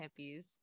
hippies